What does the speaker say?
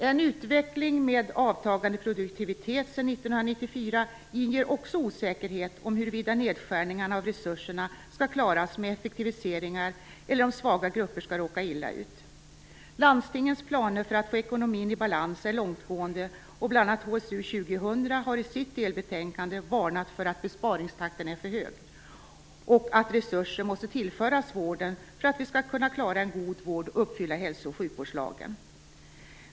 En utveckling med avtagande produktivitet sedan 1994 inger också osäkerhet om huruvida nedskärningarna av resurserna skall klaras med effektiviseringar eller om svaga grupper skall råka illa ut. Landstingens planer för att få ekonomin i balans är långtgående, och bl.a. HSU 2000 har i sitt delbetänkande varnat för att besparingstakten är för hög och att resurser måste tillföras vården för att vi skall kunna klara en god vård och uppfylla hälso och sjukvårdslagen.